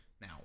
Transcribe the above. Now